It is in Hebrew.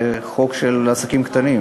וזה חוק של עסקים קטנים.